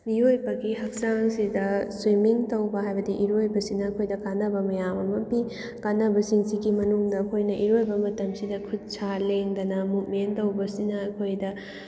ꯃꯤꯑꯣꯏꯕꯒꯤ ꯍꯛꯆꯥꯡꯁꯤꯗ ꯁ꯭ꯋꯤꯃꯤꯡ ꯇꯧꯕ ꯍꯥꯏꯕꯗꯤ ꯏꯔꯣꯏꯕꯁꯤꯅ ꯑꯩꯈꯣꯏꯗ ꯀꯥꯟꯅꯕ ꯃꯌꯥꯝ ꯑꯃ ꯄꯤ ꯀꯥꯟꯅꯕꯁꯤꯡꯁꯤꯒꯤ ꯃꯅꯨꯡꯗ ꯑꯩꯈꯣꯏꯅ ꯏꯔꯣꯏꯕ ꯃꯇꯝꯁꯤꯗ ꯈꯨꯠ ꯁꯥ ꯂꯦꯡꯗꯅ ꯃꯨꯞꯃꯦꯟ ꯇꯧꯕꯁꯤꯅ ꯑꯩꯈꯣꯏꯗ